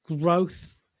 growth